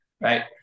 right